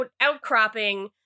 outcropping